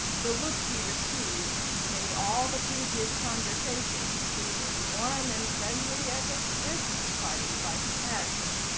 the look he received made all the previous conversation seem as warm and friendly as a christmas party by comparison.